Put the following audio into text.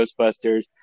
Ghostbusters